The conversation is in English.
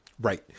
Right